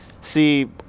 see